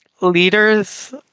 leaders